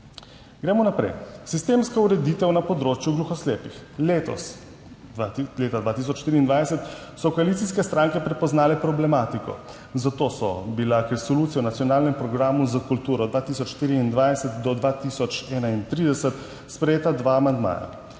Gremo naprej. Sistemska ureditev na področju gluhoslepih. Letos, leta 2023, so koalicijske stranke prepoznale problematiko, zato sta bila k Resoluciji o nacionalnem programu za kulturo 2024–2031 sprejeta dva amandmaja.